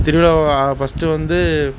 திருவிழா ஃபஸ்ட்டு வந்து